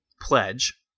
pledge